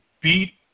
beat